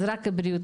רק בריאות,